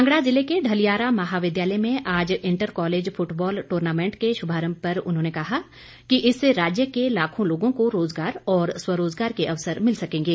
कांगड़ा जिले के ढलियारा महाविद्यालय में आज इंटर कॉलेज फुटबॉल ट्र्नमेंट के शुभारंभ पर उन्होंने कहा कि इससे राज्य के लाखों लोगों को रोजगार और स्वरोजगार के अवसर मिल सकेंगे